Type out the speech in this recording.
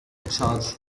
charged